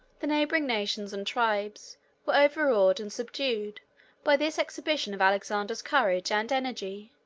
the neighboring nations and tribes were overawed and subdued by this exhibition of alexander's courage and energy.